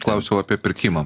klausiau apie pirkimą